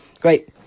Great